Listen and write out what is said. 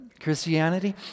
Christianity